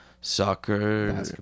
soccer